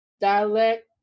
dialect